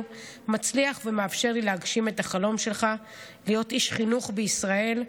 מצליח ומאפשר לך להגשים את החלום שלך להיות איש חינוך בישראל,